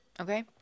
okay